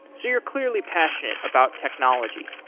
so you're clearly passionate about technology.